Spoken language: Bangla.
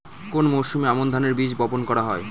কোন মরশুমে আমন ধানের বীজ বপন করা হয়?